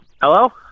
Hello